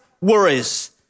worries